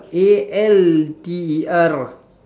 A L T E R